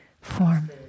form